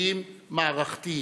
שינויים מערכתיים,